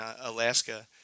Alaska